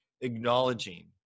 acknowledging